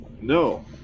no